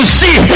see